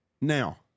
Now